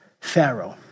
Pharaoh